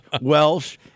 Welsh